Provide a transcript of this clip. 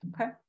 okay